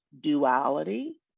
duality